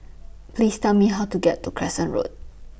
Please Tell Me How to get to Crescent Road